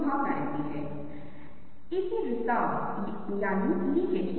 अब विजुअल्स के संदर्भ में इसके बहुत दिलचस्प निहितार्थ हैं क्यों